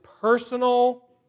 personal